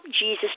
Jesus